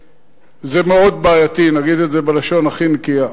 זה מאוד בעייתי, נגיד את זה בלשון הכי נקייה.